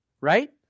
right